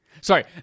Sorry